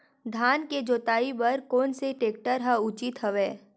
धान के जोताई बर कोन से टेक्टर ह उचित हवय?